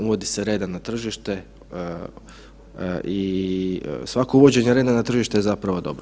Uvodi se reda na tržište i svako uvođenje reda na tržište je zapravo dobro.